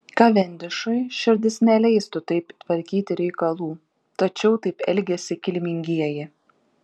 kavendišui širdis neleistų taip tvarkyti reikalų tačiau taip elgiasi kilmingieji